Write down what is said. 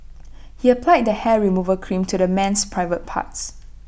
he applied the hair removal cream to the man's private parts